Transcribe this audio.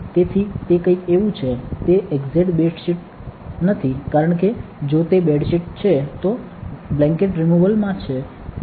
તેથી તે કંઈક એવું છે તે એકઝેટ બેડશીટ નથી કારણ કે જો તે બેડશીટ છે તો બ્લેનકેટ રીમુવલ માં છે